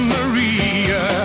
Maria